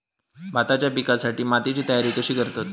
भाताच्या पिकासाठी मातीची तयारी कशी करतत?